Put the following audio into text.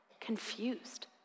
confused